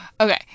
Okay